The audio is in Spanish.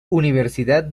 universidad